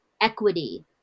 equity